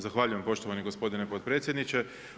Zahvaljujem poštovani gospodine potpredsjedniče.